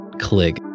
Click